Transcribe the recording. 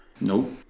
Nope